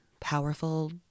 powerful